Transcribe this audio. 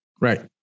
Right